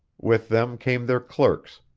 with them came their clerks,